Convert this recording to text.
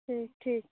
ठीक ठीक